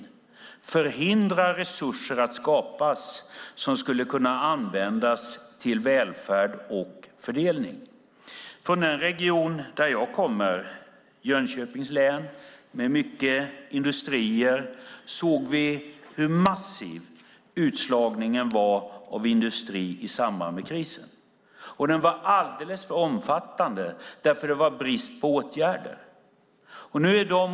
Det förhindrar att det skapas resurser som skulle kunna användas till välfärd och fördelning. I den region som jag kommer från, Jönköpings län, med mycket industrier såg vi hur massiv utslagningen av industrin var i samband med krisen. Den var alldeles för omfattande eftersom det var brist på åtgärder.